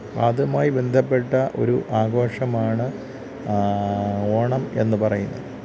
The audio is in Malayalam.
അതുമായി ബന്ധപ്പെട്ട ഒരു ആഘോഷമാണ് ഓണം എന്ന് പറയുന്നത്